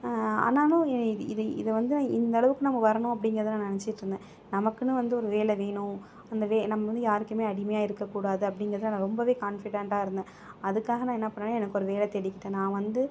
ஆனாலும் இது இதை வந்து இந்த அளவுக்கு நம்ம வரணும் அப்படிங்கிறதை நான் நினைச்சிட்டுருந்தேன் நமக்குன்னு வந்து ஒரு வேலை வேணும் அந்த வே நம்ம வந்து யாருக்குமே அடிமையாக இருக்க கூடாது அப்படிங்கறதில் நான் ரொம்பவே கான்ஃபிடென்ட்டாக இருந்தேன் அதுக்காக நான் என்ன பண்ணுனேன் எனக்கு ஒரு வேலை தேடிக்கிட்டேன் நான் வந்து